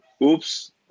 oops